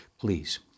please